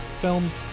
films